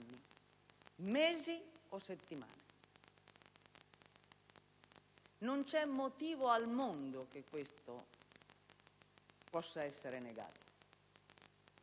mesi o settimane. Non c'è motivo al mondo per cui ciò possa essere negato.